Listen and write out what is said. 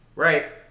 Right